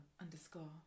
underscore